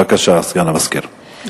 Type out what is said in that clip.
בבקשה, סגן המזכירה.